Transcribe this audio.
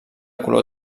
color